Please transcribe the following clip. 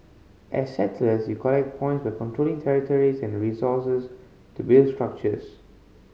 as settlers you collect points by controlling territories and resources to build structures